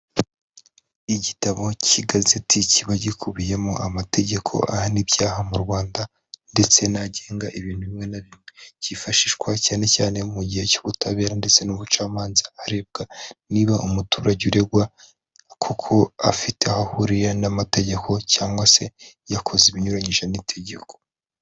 Igitabo cy'igazeti kiba gikubiyemo amategeko ahana ibyaha mu rwanda ndetse agenga ibintu bimwe na bimwe cyifashishwa cyane cyane mu gihe cy'ubutabera ndetse n'ubucamanza arebwa niba umuturage uregwa ko afite aho ahuriye n'amategeko cyangwa se yakoze ibinyuranyije n'itegeko.